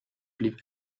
blieb